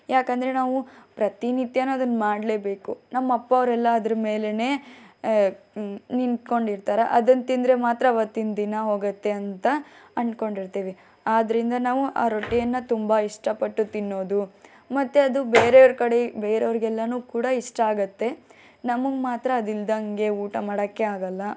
ಯಾಕಂದರೆ ನಾವು ಪ್ರತಿನಿತ್ಯವು ಅದನ್ನ ಮಾಡಲೇಬೇಕು ನಮ್ಮ ಅಪ್ಪವ್ರೆಲ್ಲ ಅದರ ಮೇಲೇನೆ ನಿಂತ್ಕೊಂಡಿರ್ತಾರೆ ಅದನ್ನ ತಿಂದರೆ ಮಾತ್ರ ಅವತ್ತಿನ ದಿನ ಹೋಗುತ್ತೆ ಅಂತ ಅನ್ಕೊಂಡಿರ್ತಿವಿ ಆದ್ದರಿಂದ ನಾವು ಆ ರೊಟ್ಟಿಯನ್ನು ತುಂಬ ಇಷ್ಟಪಟ್ಟು ತಿನ್ನೋದು ಮತ್ತು ಅದು ಬೇರೆಯವ್ರ ಕಡೆ ಬೇರೆಯವ್ರ್ಗೆ ಎಲ್ಲವೂ ಕೂಡ ಇಷ್ಟ ಆಗುತ್ತೆ ನಮಗೆ ಮಾತ್ರ ಅದಿಲ್ಲದಂಗೆ ಊಟ ಮಾಡೋಕ್ಕೆ ಆಗೋಲ್ಲ